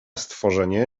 stworzenie